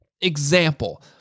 example